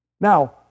Now